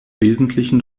wesentlichen